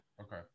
Okay